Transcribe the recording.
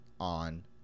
On